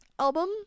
album